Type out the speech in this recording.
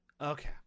Okay